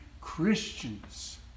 Christians